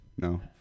No